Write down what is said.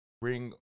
bring